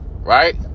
Right